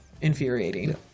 infuriating